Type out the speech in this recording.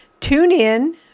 TuneIn